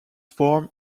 form